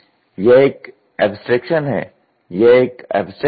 यह एक एब्स्ट्रेक्शन है यह एक एब्स्ट्रैक्ट है